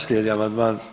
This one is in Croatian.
Slijedi amandman